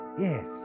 Yes